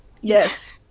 Yes